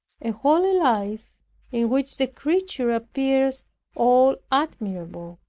a holy life in which the creature appears all admirable.